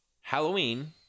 Halloween